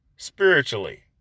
Spiritually